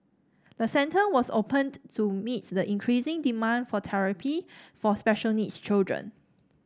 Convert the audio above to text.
the centre was opened to meet the increasing demand for therapy for special needs children